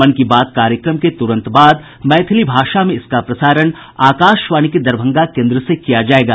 मन की बात कार्यक्रम के तुरंत बाद मैथिली भाषा में इसका प्रसारण आकाशवाणी के दरभंगा केन्द्र से किया जायेगा